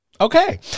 Okay